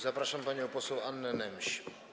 Zapraszam panią poseł Annę Nemś.